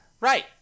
Right